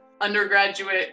undergraduate